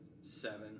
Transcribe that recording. seven